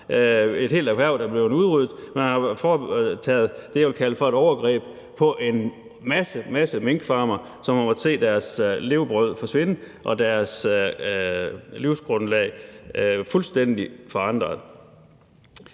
et helt erhverv er blevet udryddet. Man har foretaget det, jeg vil kalde for et overgreb på en masse, masse minkfarmere, som har måttet se deres levebrød forsvinde og deres livsgrundlag fuldstændig forandret.